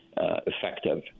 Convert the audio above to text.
effective